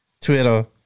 Twitter